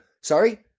Sorry